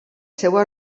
seva